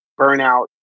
burnout